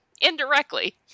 indirectly